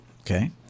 okay